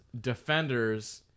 Defenders